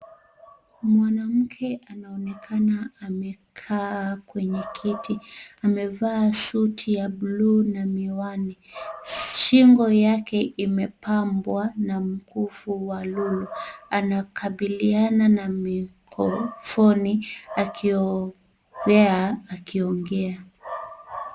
Mwanamke anaonekana amekaa kwenye kiti , amevaa suti ya blu na miwani , shingo yake imepambwa na mkufu wa lulu anakabiliana na mikrofoni akiowea akiongea.